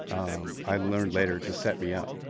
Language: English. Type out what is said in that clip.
um, i learned later, to set me up.